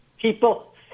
People